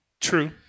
True